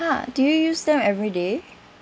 ah do you use them every day